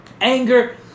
anger